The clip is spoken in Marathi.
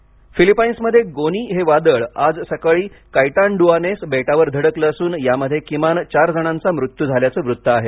वादळ फिलिपाईन्समध्ये गोनी हे वादळ आज सकाळी कैटानडुआनेस बेटावर धडकलं असून यामध्ये किमान चार जणांचा मृत्यू झाल्याचं वृत्त आहे